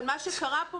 אבל מה שקרה פה,